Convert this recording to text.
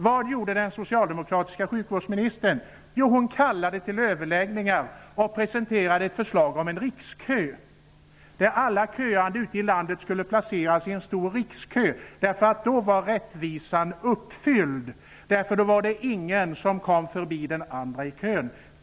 Vad gjorde den socialdemokratiska sjukvårdsministern? Jo, hon kallade till överläggningar och presenterade ett förslag om en rikskö. Alla köande ute i landet skulle placeras i en enda rikskö, och i och med det skulle rättvisan vara uppfylld, eftersom ingen kunde gå förbi den andre i kön.